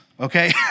Okay